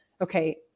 okay